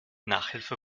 nachhilfe